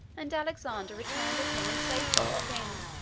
and alexander returned with him in safety to the king.